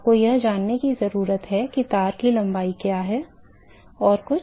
आपको यह जानने की जरूरत है कि तार की लंबाई क्या है और कुछ